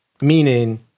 Meaning